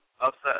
upset